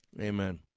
Amen